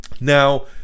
Now